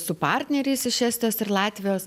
su partneriais iš estijos ir latvijos